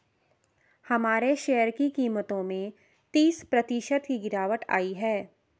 हमारे शेयर की कीमतों में तीस प्रतिशत की गिरावट आयी है